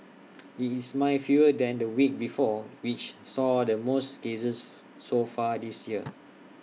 IT is nine fewer than the week before which saw the most cases so far this year